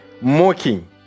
mocking